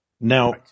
Now